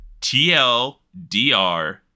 tldr